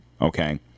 okay